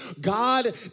God